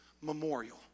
memorial